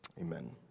amen